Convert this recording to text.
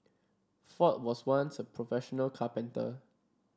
Ford was once a professional carpenter